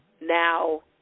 Now